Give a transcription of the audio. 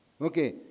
Okay